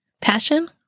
Passion